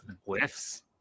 whiffs